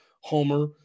homer